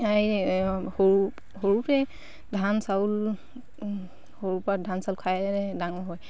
এই সৰু সৰুতে ধান চাউল সৰুৰ পৰা ধান চাউল খায় ডাঙৰ হয়